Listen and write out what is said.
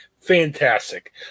Fantastic